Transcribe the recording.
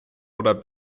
oder